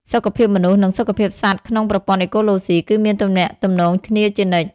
សុខភាពមនុស្ស និងសុខភាពសត្វក្នុងប្រព័ន្ធអេកូឡូស៊ី គឺមានទំនាក់ទំនងគ្នាជានិច្ច។